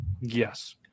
Yes